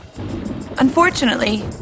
Unfortunately